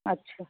अच्छा